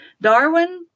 Darwin